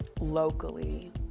locally